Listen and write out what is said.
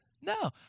No